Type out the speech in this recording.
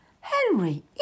Henry